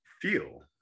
feel